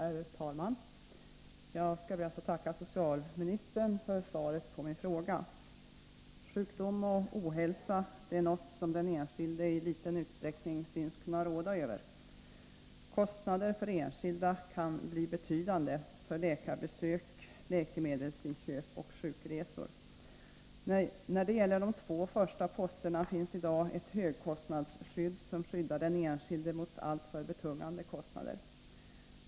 Herr talman! Jag ber att få tacka socialministern för svaret på min fråga. Sjukdom och ohälsa är något som den enskilde i liten utsträckning synes kunna råda över. Kostnaderna för enskilda kan bli betydande för läkarbesök, läkemedelsinköp och sjukresor. När det gäller de två första posterna finns i dag ett högkostnadsskydd som skyddar den enskilde mot alltför betungande kostnader.